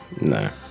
No